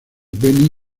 benny